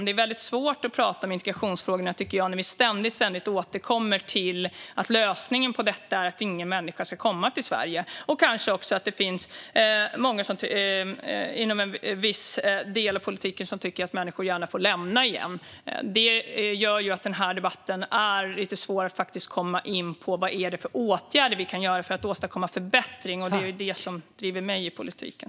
Jag tycker att det är svårt att prata om integrationsfrågorna när vi ständigt återkommer till att lösningen på problemen är att inga människor ska komma till Sverige - och kanske också, tycker man inom en viss del av politiken, att människor gärna får lämna landet igen. Det gör det svårt att i debatten faktiskt komma in på vilka åtgärder vi kan göra för att åstadkomma förbättring, och det är ju det som driver mig i politiken.